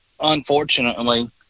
unfortunately